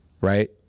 right